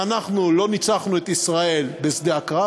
אם אנחנו לא ניצחנו את ישראל בשדה הקרב,